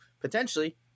potentially